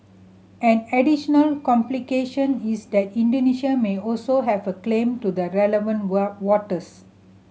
an additional complication is that Indonesia may also have a claim to the relevant waters